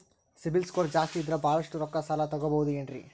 CIBIL score ಜಾಸ್ತಿ ಇದ್ರ ಬಹಳಷ್ಟು ರೊಕ್ಕ ಸಾಲ ತಗೋಬಹುದು ಏನ್ರಿ?